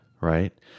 Right